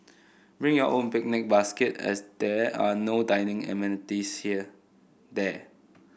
bring your own picnic basket as there are no dining amenities there